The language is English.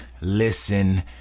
listen